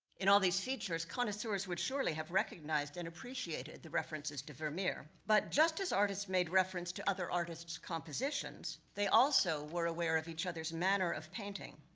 in all these features, connoisseurs would surely have recognized and appreciated the references to vermeer. but just as artists made reference to other artists compositions, they also were aware of each other's manner of painting.